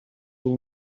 will